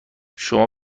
شما